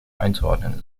einzuordnen